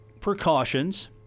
precautions